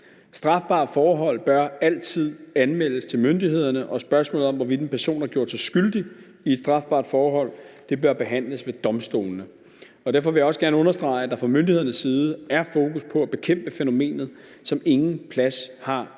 Strafbare forhold bør altid anmeldes til myndighederne, og spørgsmålet om, hvorvidt en person har gjort sig skyldig i et strafbart forhold, bør behandles ved domstolene. Derfor vil jeg også gerne understrege, at der fra myndighedernes side er fokus på at bekæmpe fænomenet, som ingen plads har